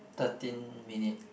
thirteen minute